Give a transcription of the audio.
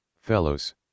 Fellows